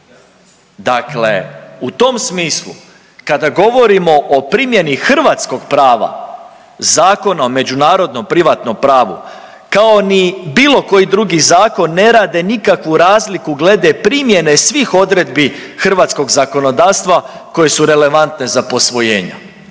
Dakle, u tom smislu kada govorimo primjeni hrvatskog prava Zakona o međunarodnom privatnom pravu kao ni bilo koji drugi zakon ne rade nikakvu razliku glede primjene svih odredbi hrvatskog zakonodavstva koje su relevantne za posvojenja.